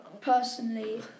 personally